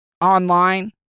online